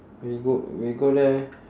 we go we go there